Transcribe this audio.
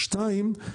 שתיים,